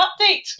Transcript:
update